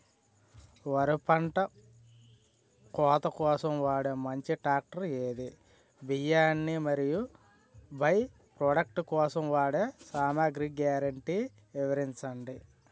వరి పంట కోత కోసం వాడే మంచి ట్రాక్టర్ ఏది? బియ్యాన్ని మరియు బై ప్రొడక్ట్ కోసం వాడే సామాగ్రి గ్యారంటీ వివరించండి?